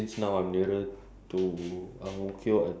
Chua-Chu-Kang also have direct bus to Singapore zoo